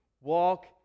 Walk